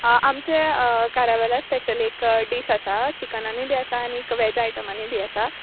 आं आमचे कारावॅला स्पॅशल एक डीश आसा चिकनानूय बी आसा आनीक वॅज आयटामानूय बी आसा